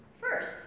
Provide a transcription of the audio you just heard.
first